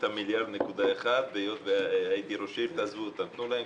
1.1 מיליארד והיות שהייתי ראש עיר תעזבו אותם.